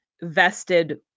vested